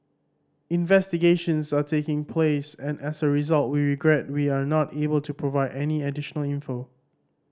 investigations are taking place and as a result we regret we are not able to provide any additional info